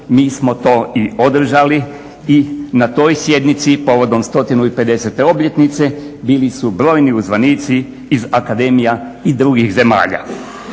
Mi smo to i održali i na toj sjednici povodom 150 obljetnici bili su brojni uzvanici iz akademija i drugih zemalja.